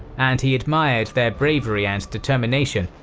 and he admired their bravery and determination.